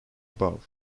above